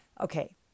Okay